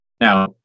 now